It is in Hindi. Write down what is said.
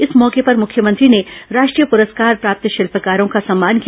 इस मौके पर मुख्यमंत्री ने राष्ट्रीय पुरस्कार प्राप्त शिल्पकारों को सम्मान किया